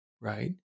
right